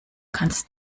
kannst